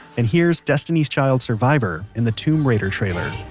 and here's destiny's child survivor in the tomb raider trailer